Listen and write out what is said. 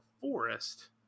forest